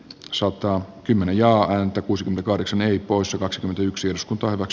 sota on kymmenen ja häntä kuusi kahdeksan eli koossa kaksikymmentäyksi iskut ovat